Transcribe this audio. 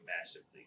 massively